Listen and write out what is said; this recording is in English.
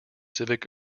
civic